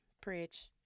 preach